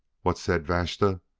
what said vashta,